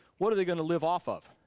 what are they gonna live off of?